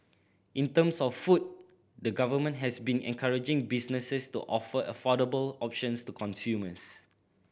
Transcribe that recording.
in terms of food the Government has been encouraging businesses to offer affordable options to consumers